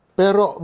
pero